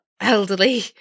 elderly